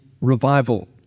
revival